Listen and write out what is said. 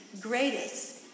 greatest